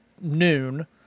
noon